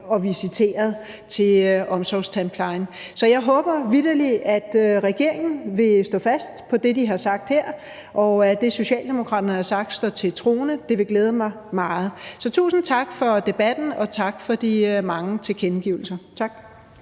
visiteret til omsorgstandplejen. Så jeg håber vitterlig, at regeringen vil stå fast på det, de har sagt her, og at det, som Socialdemokratiet har sagt, står til troende. Det vil glæde mig meget. Så tusind tak for debatten, og tak for de mange tilkendegivelser. Kl.